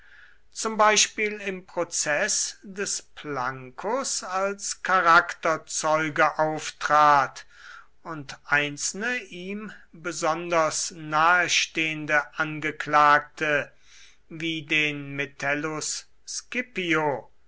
zum beispiel im prozeß des plancus als charakterzeuge auftrat und einzelne ihm besonders nahestehende angeklagte wie den metellus scipio